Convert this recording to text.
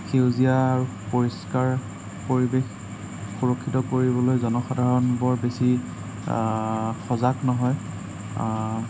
সেউজীয়াৰ পৰিষ্কাৰ পৰিৱেশ সুৰক্ষিত কৰিবলৈ জনসাধাৰণ বৰ বেছি সজাগ নহয়